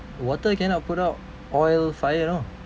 water cannot put out oil fire you know